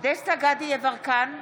דסטה גדי יברקן,